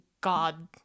God